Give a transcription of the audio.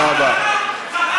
בן-אדם.